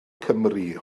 cymru